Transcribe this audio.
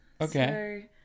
Okay